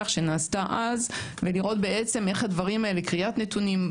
שנעשתה אז ולראות איך הדברים האלה כריית נתונים,